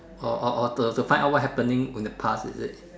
oh oh oh to to find out what happening in the past is it